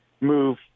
move